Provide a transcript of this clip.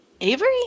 Avery